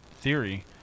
theory